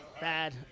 Bad